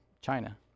china